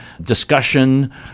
discussion